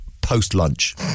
post-lunch